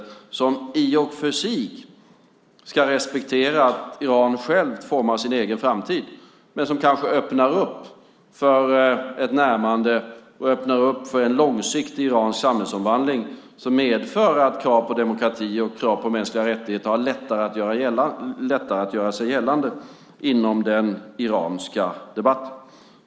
Det ska i och för sig respektera att Iran självt formar sin egen framtid men det kanske öppnar för ett närmande och för en långsiktig iransk samhällsomvandling som medför att krav på demokrati och krav på mänskliga rättigheter har lättare att göra sig gällande inom den iranska debatten.